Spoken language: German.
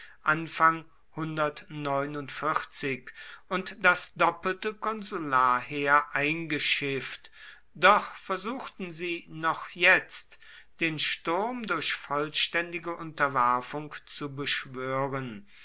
und das doppelte konsularheer eingeschifft doch versuchten sie noch jetzt den sturm durch vollständige unterwerfung zu beschwören